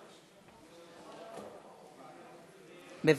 בבקשה.